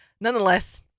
nonetheless